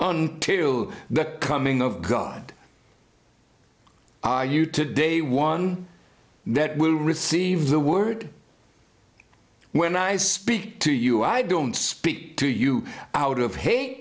until the coming of god are you today one that will receive the word when i speak to you i don't speak to you out of h